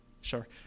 Sure